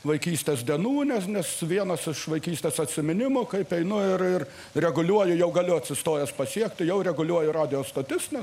vaikystės dienų nes nes vienas aš vaikystės atsiminimų kaip einu ir ir reguliuoju jau galiu atsistojęs pasiekti jau reguliuoju radijo stotis nes